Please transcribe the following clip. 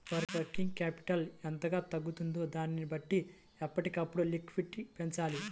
working capital ఎంతగా తగ్గుతుందో దానిని బట్టి ఎప్పటికప్పుడు లిక్విడిటీ పెంచాలి